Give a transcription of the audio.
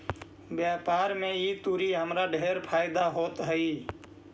व्यापार में ई तुरी हमरा ढेर फयदा होइत हई